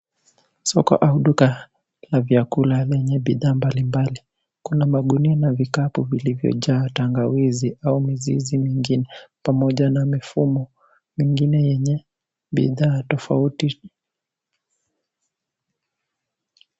Soko au duka la vyakula lenye bidhaa mbalimbali. Kuna magunia na vikapu vilivyojaa tangawizi au mizizi mingine pamoja na mifumo mingine yenye bidhaa tofauti.